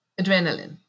adrenaline